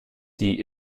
die